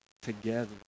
together